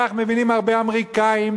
כך מבינים הרבה אמריקנים,